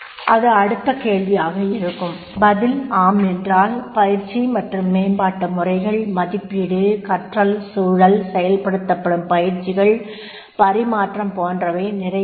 அது அடுத்த கேள்வியாக இருக்கும் பதில் ஆம் என்றால் பயிற்சி மற்றும் மேம்பாட்டு முறைகள் மதிப்பீடு கற்றல் சூழல் செயல்படுத்தப்படும் பயிற்சியின் பரிமாற்றம் போன்றவை நிறைவேறும்